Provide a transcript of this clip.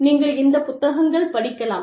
நீங்கள் இந்த புத்தகங்கள் படிக்கலாம்